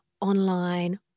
online